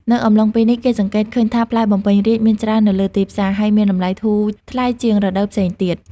នៅអំឡុងពេលនេះ គេសង្កេតឃើញថាផ្លែបំពេញរាជ្យមានច្រើននៅលើទីផ្សារ ហើយមានតម្លៃធូរថ្លៃជាងរដូវផ្សេងទៀត។